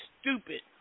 stupid